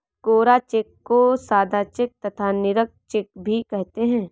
कोरा cheque को सादा cheque तथा निरंक चेक भी कहते हैं